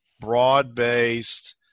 broad-based